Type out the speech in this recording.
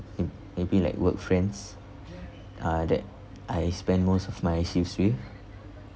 may maybe like work friends uh that I spend most of my history